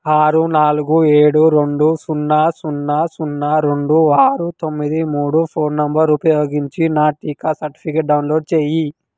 ఆరు నాలుగు ఏడు రెండు సున్నా సున్నా సున్నా రెండు ఆరు తొమ్మిది మూడు ఫోన్ నంబర్ ఉపయోగించి నా టీకా సర్టిఫికేట్ డౌన్లోడ్ చెయ్యి